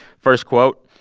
first quote.